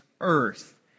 earth